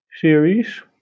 series